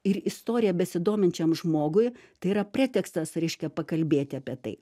ir istorija besidominčiam žmogui tai yra pretekstas reiškia pakalbėti apie tai